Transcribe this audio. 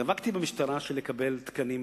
נאבקתי במשטרה כדי לקבל תקנים,